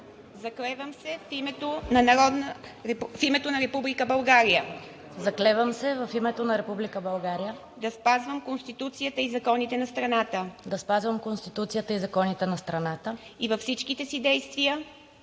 „Заклевам се в името на Република България да спазвам Конституцията и законите на страната и във всичките си действия